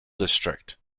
district